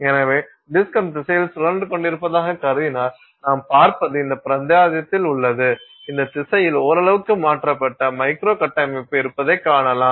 எனவே டிஸ்க் அந்த திசையில் சுழன்று கொண்டிருப்பதாக கருதினால் நாம் பார்ப்பது இந்த பிராந்தியத்தில் உள்ளது அந்த திசையில் ஓரளவுக்கு மாற்றப்பட்ட மைக்ரோ கட்டமைப்பு இருப்பதைக் காணலாம்